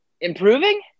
improving